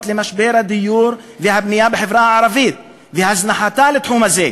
למשבר הדיור והבנייה בחברה הערבית והזנחתה בתחום הזה.